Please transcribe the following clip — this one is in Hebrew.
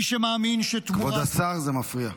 --- כבוד השר, זה מפריע.